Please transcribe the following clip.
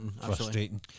Frustrating